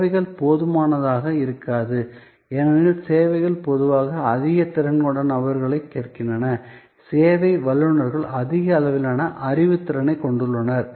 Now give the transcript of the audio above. சேவைகள் போதுமானதாக இருக்காது ஏனெனில் சேவைகள் பொதுவாக அதிக திறன் கொண்ட நபர்களைக் கேட்கின்றன சேவை வல்லுநர்கள் அதிக அளவிலான அறிவுத் திறனைக் கொண்டுள்ளனர்